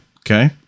okay